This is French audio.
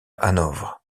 hanovre